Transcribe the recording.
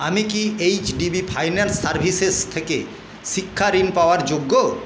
আমি কি HDB finance services থেকে শিক্ষা ঋণ পাওয়ার যোগ্য